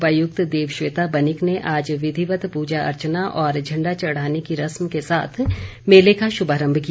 उपायुक्त देवश्वेता बनिक ने आज विधिवत पूजा अर्चना और झण्डा चढ़ाने की रस्म के साथ मेले का शुभारम्भ किया